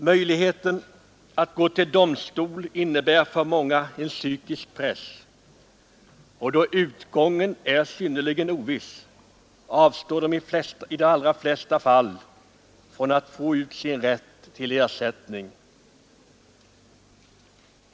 Möjligheten att gå till domstol innebär för många en psykisk press, och då utgången är synnerligen oviss avstår de i de allra flesta fall från att få ut den ersättning de har rätt till.